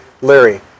Larry